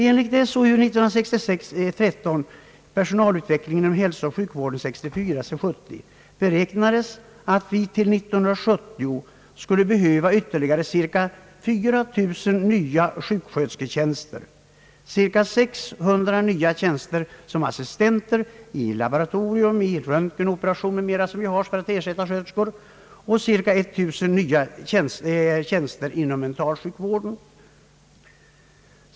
Enligt SOU 1966:13 »Personalutvecklingen inom hälsooch sjukvården 1964—1970» beräknades att vi till 1970 skulle behöva ytterligare cirka 4000 nya sjukskötersketjänster, cirka 600 nya tjänster som assistenter i laboratorium, i röntgen, operation m. MM; som vi har för att ersätta sköterskor, och ungefär 1 000 tjänster inom mentalsjukvården.